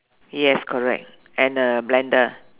yes correct and a blender